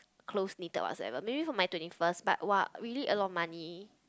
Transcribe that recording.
close knitted what's ever maybe for my twenty first but !wah! really a lot money